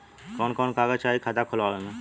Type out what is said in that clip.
कवन कवन कागज चाही खाता खोलवावे मै?